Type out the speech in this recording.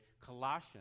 Colossians